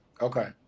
Okay